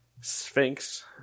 Sphinx